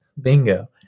Bingo